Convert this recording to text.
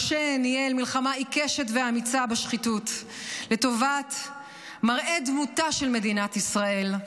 משה ניהל מלחמה עיקשת ואמיצה בשחיתות לטובת מראה דמותה של מדינת ישראל,